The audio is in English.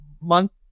month